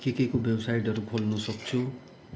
के केको वेबसाइटहरू खोल्न सक्छु